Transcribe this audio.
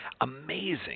amazing